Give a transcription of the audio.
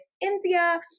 India